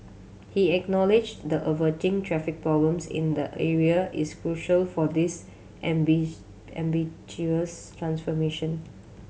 he acknowledged the averting traffic problems in the area is crucial for this ambitious transformation